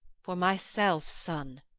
for myself, son,